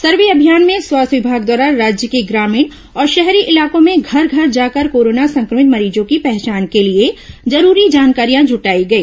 सर्वे अभियान में स्वास्थ्य विभाग द्वारा राज्य के ग्रामीण और शहरी इलाकों में घर घर जाकर कोरोना संक्रभित मरीजों की पहचान के लिए जरूरी जानकारियां जुटाई गई